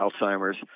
Alzheimer's